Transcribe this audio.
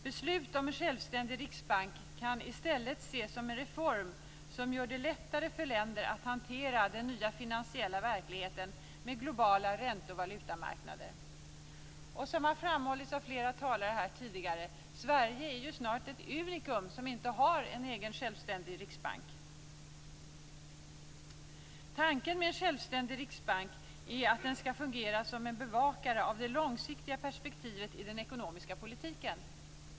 Beslut om en självständig riksbank kan i stället ses som en reform som gör det lättare för länder att hantera den nya finansiella verkligheten med globala ränte och valutamarknader. Och, som framhållits av flera talare tidigare, Sverige är snart ett unikum som inte har en egen självständig riksbank. Tanken med en självständig riksbank är att den skall fungera som en bevakare av det långsiktiga perspektivet i den ekonomiska politiken.